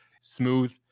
Smooth